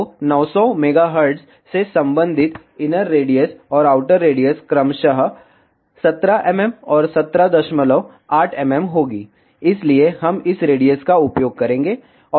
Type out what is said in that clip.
तो 900 MHz से संबंधित इनर रेडियस और आउटर रेडियस क्रमशः 17 mm और 178 mm होगी इसलिए हम इस रेडियस का उपयोग करेंगे